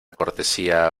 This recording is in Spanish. cortesía